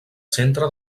centre